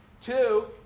Two